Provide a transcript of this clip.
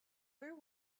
where